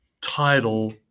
title